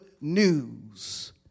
news